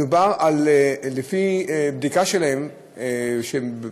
בבדיקה שלהם הם חשפו,